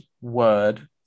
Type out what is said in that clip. word